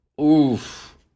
Oof